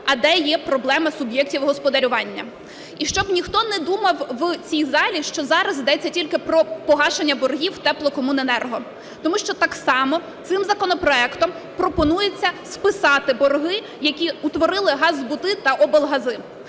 а де є проблема суб'єктів господарювання. І щоб ніхто не думав в цій залі, що зараз йдеться тільки про погашення боргів теплокомуненерго, тому що так само цим законопроектом пропонується списати борги, які утворили газзбути та облгази.